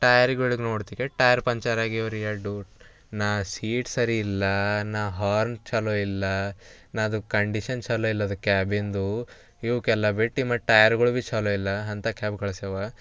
ಟಯರ್ಗಳು ನೋಡತ್ತಿಗೆ tyre puncture ಆಗೇವರಿ ಎರಡು ನಾ ಸೀಟ್ ಸರಿಯಿಲ್ಲ ನಾ ಹಾರ್ನ್ ಚಲೋಯಿಲ್ಲ ನಾ ಅದು ಕಂಡಿಷನ್ ಚಲೋಯಿಲ್ಲ ಅದ್ ಕ್ಯಾಬಿಂದು ಇವಕೆಲ್ಲ ಬಿಟ್ಟು ಮತ್ ಟಯರ್ಗೊಳು ಭಿ ಛಲೋಯಿಲ್ಲ ಅಂತ ಕ್ಯಾಬ್ ಕಳಿಸ್ಯಾವ